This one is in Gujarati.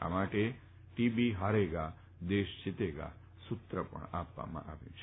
આ માટે ટી બી હારેગા દેશ જીતેગા સુત્ર પણ આપવામાં આવ્યું છે